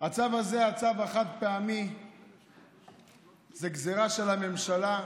הצו הזה, צו החד-פעמי, זה גזרה של הממשלה.